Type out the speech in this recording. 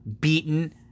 beaten